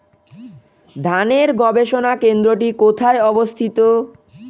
ধানের গবষণা কেন্দ্রটি কোথায় অবস্থিত?